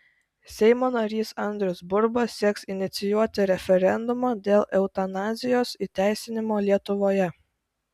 seimo narys andrius burba sieks inicijuoti referendumą dėl eutanazijos įteisinimo lietuvoje